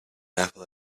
apple